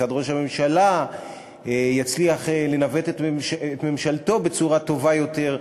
כיצד ראש הממשלה יצליח לנווט את ממשלתו בצורה טובה יותר,